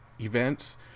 events